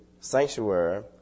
sanctuary